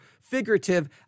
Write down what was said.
figurative